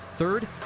Third